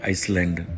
Iceland